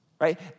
Right